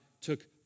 took